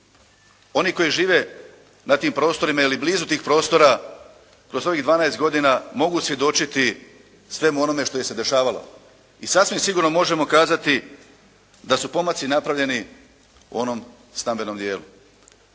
Oni koji žive na tim prostorima ili blizu tih prostora kroz ovih 12 godina mogu svjedočiti svemu onome što im se dešavalo i sasvim sigurno možemo kazati da su pomaci napravljeni u onom stambenom dijelu